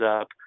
up